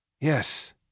Yes